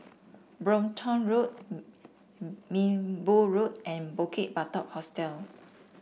Brompton Road Minbu Road and Bukit Batok Hostel